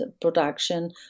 production